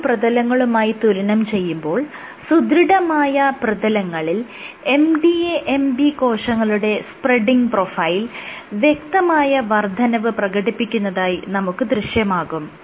മൃദുപ്രതലങ്ങളുമായി തുലനം ചെയ്യുമ്പോൾ സുദൃഢമായ പ്രതലങ്ങളിൽ MDA MB കോശങ്ങളുടെ സ്പ്രെഡിങ് പ്രൊഫൈൽ വ്യക്തമായ വർദ്ധനവ് പ്രകടിപ്പിക്കുന്നതായി നമുക്ക് ദൃശ്യമാകും